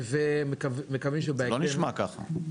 זה לא נשמע ככה.